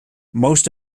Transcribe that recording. most